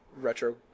retro